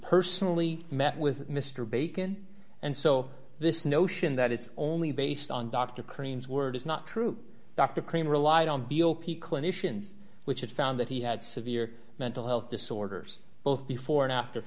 personally met with mr bacon and so this notion that it's only based on dr chremes word is not true dr kramer relied on beal p clinicians which had found that he had severe mental health disorders both before and after